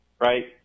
Right